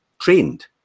trained